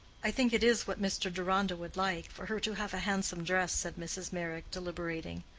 i think it is what mr. deronda would like for her to have a handsome dress, said mrs. meyrick, deliberating.